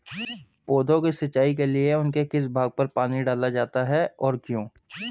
पौधों की सिंचाई के लिए उनके किस भाग पर पानी डाला जाता है और क्यों?